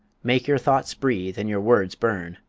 make your thoughts breathe and your words burn.